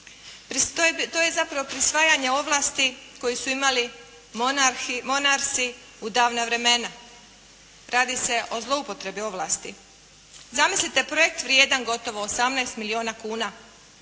To je zapravo prisvajanje ovlasti koje su imali monarsi u davna vremena, radi se o zloupotrebi ovlasti. Zamislite projekt vrijedan gotovo 18 milijuna eura,